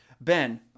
Ben